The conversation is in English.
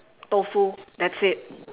tofu that's it